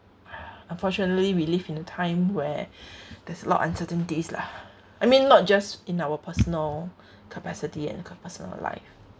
unfortunately we live in a time where there's lot of uncertainties lah I mean not just in our personal capacity and personal life